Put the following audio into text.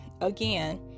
again